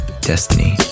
destiny